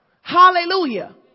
Hallelujah